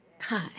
Hi